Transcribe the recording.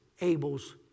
Abel's